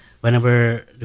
whenever